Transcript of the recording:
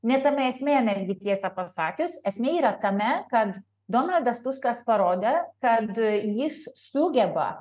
ne tame esmė netgi tiesą pasakius esmė yra tame kad donaldas tuskas parodė kad jis sugeba